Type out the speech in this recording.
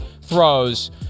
throws